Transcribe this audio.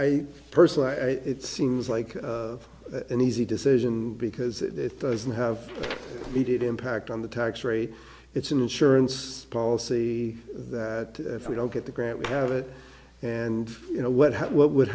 i personally it seems like an easy decision because it doesn't have needed impact on the tax rate it's an insurance policy that if we don't get the grant we have it and you know what what would